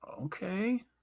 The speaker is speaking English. Okay